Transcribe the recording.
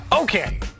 Okay